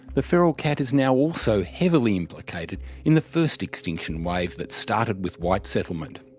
the feral cat is now also heavily implicated in the first extinction wave that started with white settlement.